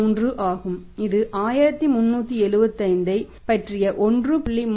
013 ஆகும் இது 1375 ஐப் பற்றிய 1